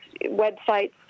websites